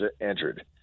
entered